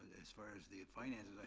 as far as the finances,